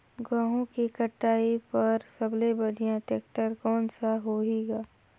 गहूं के कटाई पर सबले बढ़िया टेक्टर कोन सा होही ग?